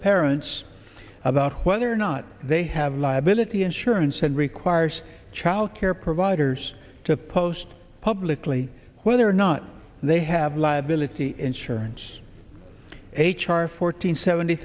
parents about whether or not they have liability insurance and requires child care providers to post publicly whether or not they have liability insurance h r fourteen seventy